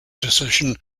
decision